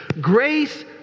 grace